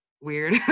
weird